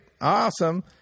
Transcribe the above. Awesome